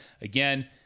Again